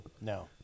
No